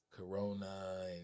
corona